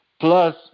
plus